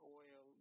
oil